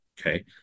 okay